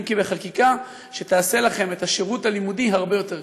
כי אם בחקיקה שתעשה לכם את השירות הלימודי הרבה יותר קל.